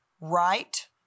right